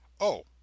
Oh